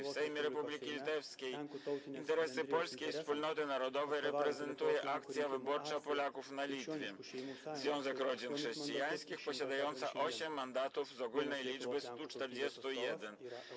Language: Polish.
W Sejmie Republiki Litewskiej interesy polskiej wspólnoty narodowej reprezentuje Akcja Wyborcza Polaków na Litwie - Związek Rodzin Chrześcijańskich posiadająca 8 mandatów z ogólnej liczby 141.